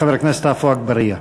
חבר הכנסת עפו אגבאריה.